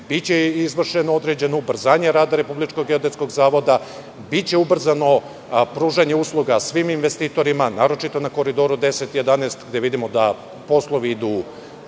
Biće izvršeno određeno ubrzanje rada Republičkog geodetskog zavoda. Biće ubrzano pružanje usluga svim investitorima, naročito na Koridoru 10,11, gde vidimo da poslovi idu,